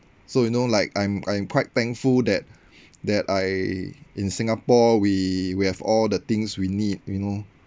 so you know like I'm I'm quite thankful that that I in Singapore we we have all the things we need you know